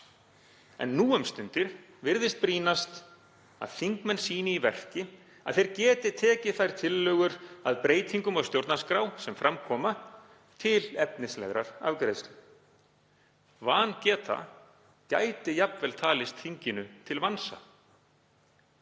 En nú um stundir virðist brýnast að þingmenn sýni í verki að þeir geti tekið þær tillögur að breytingum á stjórnarskrá, sem fram koma, til efnislegrar afgreiðslu. Vangeta gæti jafnvel talist þinginu til vansa.